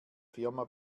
firma